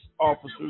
officers